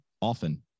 often